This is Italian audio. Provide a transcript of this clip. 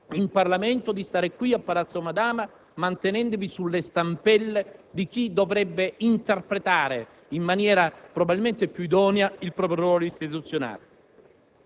in Parlamento, di stare a Palazzo Madama, mantenendovi sulle stampelle di chi dovrebbe interpretare in maniera probabilmente più idonea il proprio ruolo istituzionale.